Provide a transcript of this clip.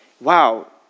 Wow